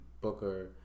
Booker